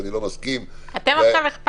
ואני לא מסכים --- אתם עכשיו הכפשתם.